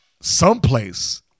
someplace